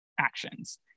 Actions